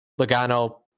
Logano